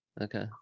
Okay